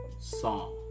song